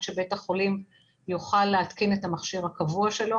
שבית החולים יוכל להתקין את המכשיר הקבוע שלו.